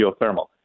geothermal